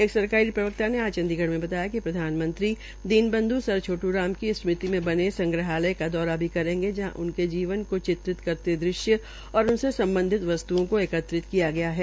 एक सरकारी प्रवक्ता ने आज चंडीगढ़ में बताया कि प्रधानमंत्री दीन बंधू सर छोटू राम की स्मृति में बने संग्रहालय का दौरा भी करेंगे जहां उनके जीवन को चित्रित करते दृश्य और उनसे सम्बधित वस्त्ओं को एकत्रित किया गया है